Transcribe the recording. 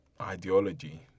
ideology